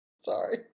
Sorry